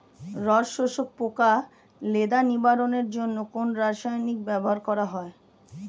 রস শোষক পোকা লেদা নিবারণের জন্য কোন রাসায়নিক ব্যবহার করা হয়?